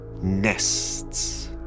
Nests